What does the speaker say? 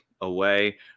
away